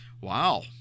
wow